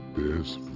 best